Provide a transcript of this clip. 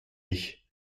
ich